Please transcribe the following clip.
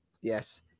Yes